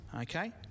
okay